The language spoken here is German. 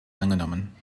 angenommen